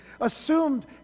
assumed